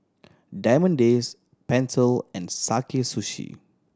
Diamond Days Pentel and Sakae Sushi